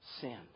sin